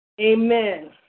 Amen